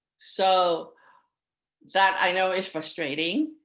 so that i know is frustrating.